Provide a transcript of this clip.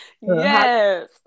Yes